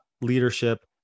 leadership